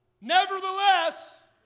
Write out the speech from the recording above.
Nevertheless